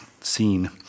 scene